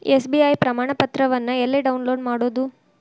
SBI ಪ್ರಮಾಣಪತ್ರವನ್ನ ಎಲ್ಲೆ download ಮಾಡೊದು?